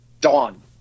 Dawn